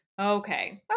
Okay